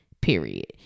period